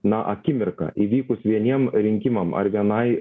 na akimirką įvykus vieniem rinkimam ar vienai